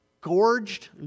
Gorged